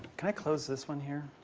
can i close this one here?